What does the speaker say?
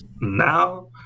now